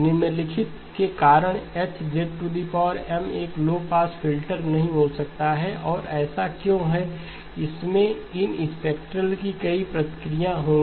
निम्नलिखित के कारण H एक लो पास फ़िल्टर नहीं हो सकता है और ऐसा क्यों है कि इसमें इन स्पेक्ट्रल की कई प्रतियां होंगी